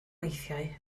weithiau